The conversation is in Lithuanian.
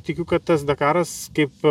tikiu kad tas dakaras kaip